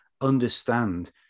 understand